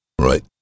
Right